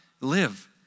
live